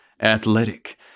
athletic